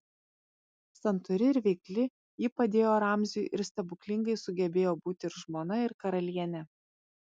santūri ir veikli ji padėjo ramziui ir stebuklingai sugebėjo būti ir žmona ir karalienė